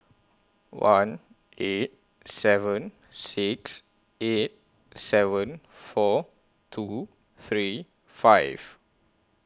one eight seven six eight seven four two three five